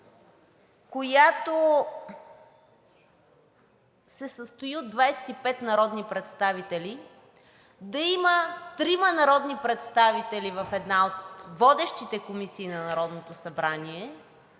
която се състои от 25 народни представители, да има трима народни представители в една от водещите комисии на Народното събрание,